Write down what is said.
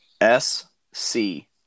S-C-